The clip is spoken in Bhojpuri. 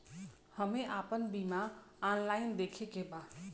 हमे आपन बिल ऑनलाइन देखे के बा?